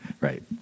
Right